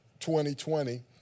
2020